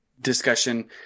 discussion